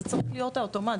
זה צריך להיות האוטומט.